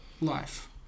life